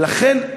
ולכן,